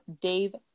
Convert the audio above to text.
Dave